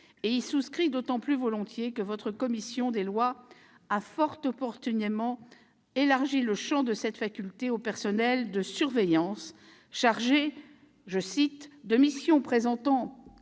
Il y souscrit d'autant plus volontiers que votre commission des lois a fort opportunément élargi le champ de cette faculté aux personnels de surveillance chargés de « missions présentant,